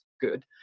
good